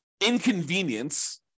inconvenience